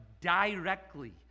directly